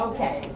Okay